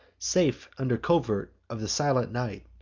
safe under covert of the silent night,